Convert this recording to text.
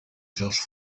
georges